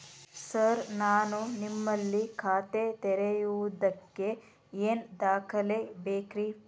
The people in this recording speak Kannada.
ಸರ್ ನಾನು ನಿಮ್ಮಲ್ಲಿ ಖಾತೆ ತೆರೆಯುವುದಕ್ಕೆ ಏನ್ ದಾಖಲೆ ಬೇಕ್ರಿ?